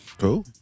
Cool